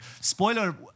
Spoiler